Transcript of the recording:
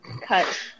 Cut